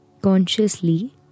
consciously